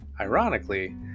ironically